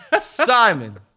Simon